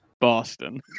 Boston